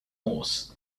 horse